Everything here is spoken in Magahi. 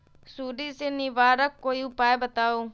सुडी से निवारक कोई उपाय बताऊँ?